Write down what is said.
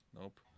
nope